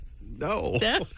No